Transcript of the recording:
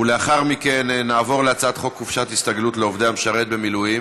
ולאחר מכן נעבור להצעת חוק חופשת הסתגלות לעובד המשרת במילואים.